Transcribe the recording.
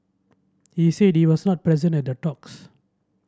he said he was not present at the talks